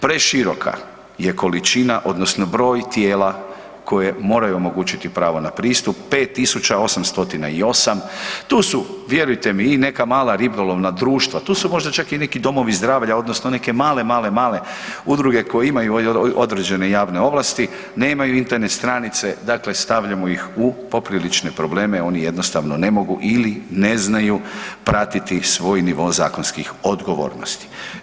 Preširoka je količina odnosno broj tijela koje moraju omogućiti pravo na pristup 5.808, tu su vjerujte mi i neka mala ribolovna društva, tu su možda čak i neki domovi zdravlja odnosno neke male, male, male udruge koje imaju određene javne ovlasti, nemaju Internet stranice, dakle stavljamo ih u poprilične probleme, oni jednostavno ne mogu ili ne znaju pratiti svoj nivo zakonskih odgovornosti.